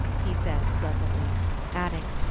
he said pleasantly adding,